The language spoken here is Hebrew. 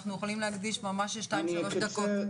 אנחנו יכולים להקדיש ממש שתיים-שלוש דקות.